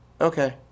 Okay